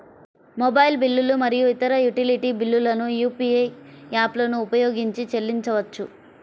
mobile బిల్లులు మరియు ఇతర యుటిలిటీ బిల్లులను యూ.పీ.ఐ యాప్లను ఉపయోగించి చెల్లించవచ్చు